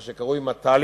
מה שקרוי מת"לים,